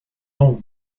ton